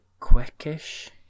quickish